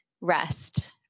rest